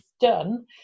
done